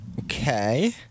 Okay